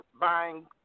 buying